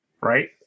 Right